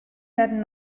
werden